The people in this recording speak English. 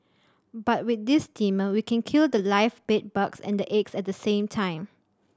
but with this steamer we can kill the live bed bugs and the eggs at the same time